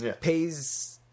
pays